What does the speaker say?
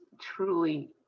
truly